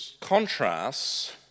contrasts